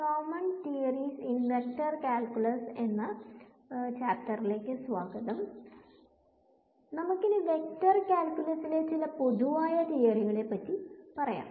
നമുക്ക് ഇനി വെക്ടർ കാൽകുലസിലെ ചില പൊതുവായ തിയറികളെ പറ്റി പറയാം